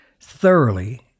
thoroughly